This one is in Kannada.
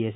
ಎಸ್